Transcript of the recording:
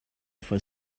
for